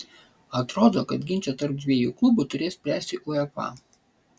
atrodo kad ginčą tarp dviejų klubų turės spręsti uefa